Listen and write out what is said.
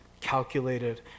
calculated